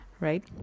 right